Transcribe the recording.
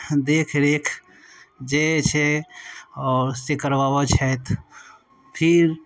देखरेख जे छै ओ से करबाबै छथि फिर